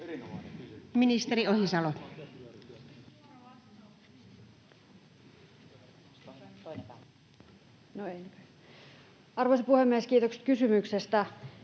Ministeri Ohisalo. Arvoisa puhemies! Kiitokset kysymyksestä.